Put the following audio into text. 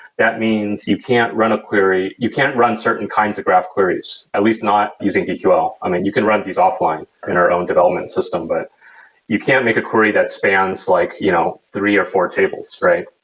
that means you can't run a query. you can't run certain kinds of graph queries, at least not using dql. i mean, you can run these offline in our own development system, but you can't make a query that spans like you know three or four tables, right?